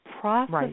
process